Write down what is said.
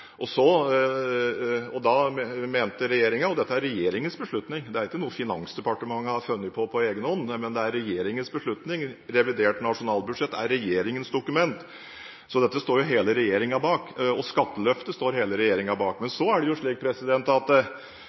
og revidert nasjonalbudsjett er regjeringens dokument. Dette står hele regjeringen bak, og skatteløftet står hele regjeringen bak. Så er det slik at